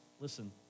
listen